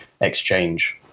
exchange